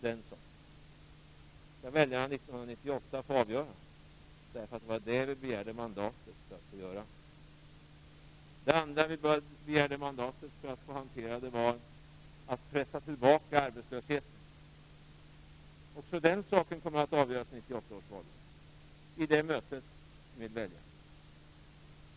Det skall väljarna få avgöra 1998. Det var detta vi begärde mandatet för att få göra. Det andra vi begärde mandatet för var att pressa tillbaka arbetslösheten. Också den saken kommer att avgöras i 1998 års valrörelse i mötet med väljarna.